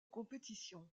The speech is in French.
compétition